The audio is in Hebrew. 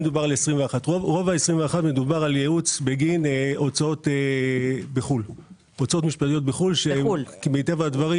רוב ה-21 מדובר על ייעוץ בגין הוצאות משפטיות בחו"ל מטבע הדברים